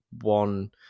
one